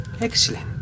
Excellent